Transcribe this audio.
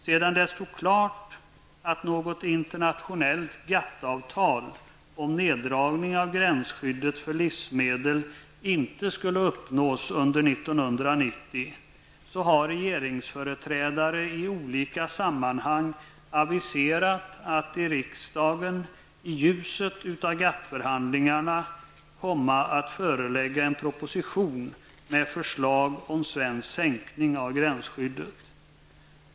Sedan det stod klart att något internationellt GATT-avtal om neddragningen av gränsskyddet för livsmedel inte skulle uppnås under 1990, har regeringsföreträdare i olika sammanhang aviserat att i riksdagen, i ljuset av GATT-förhandlingarna, lägga fram en proposition med förslag om svensk sänkning av gränsskyddet.